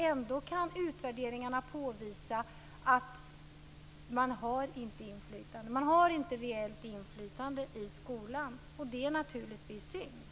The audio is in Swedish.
Ändå kan utvärderingarna påvisa att man inte har reellt inflytande i skolan. Det är naturligtvis synd.